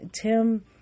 Tim